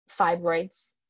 fibroids